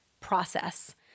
process